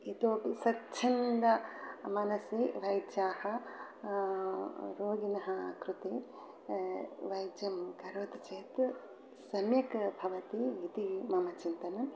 इतोपि स्वच्छन्दमनसि वैद्याः रोगिणां कृते वैद्यं करोति चेत् सम्यक् भवति इति मम चिन्तनं